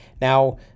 Now